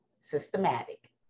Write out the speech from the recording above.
systematic